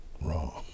wrong